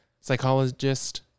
psychologist